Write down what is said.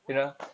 what